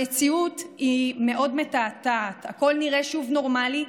המציאות מאוד מתעתעת, הכול נראה שוב נורמלי,